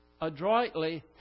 adroitly